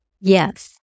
Yes